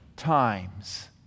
Times